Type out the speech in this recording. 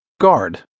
Guard